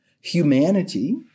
Humanity